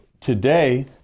today